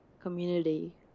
Community